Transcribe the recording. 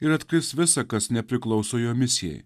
ir atkris visa kas nepriklauso jo misijai